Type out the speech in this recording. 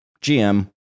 GM